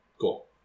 cool